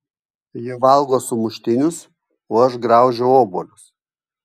jie valgo sumuštinius o aš graužiu obuolius